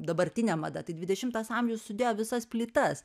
dabartinė mada tai dvidešimtas amžius sudėjo visas plytas